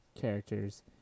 characters